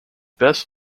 best